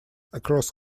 across